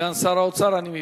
סגן שר האוצר, אני מבין.